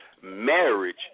marriage